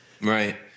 Right